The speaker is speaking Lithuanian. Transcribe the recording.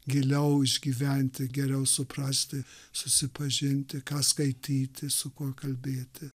giliau išgyventi geriau suprasti susipažinti ką skaityti su kuo kalbėti